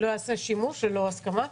שלא ייעשה שימוש לא הסכמה.